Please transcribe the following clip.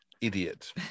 idiot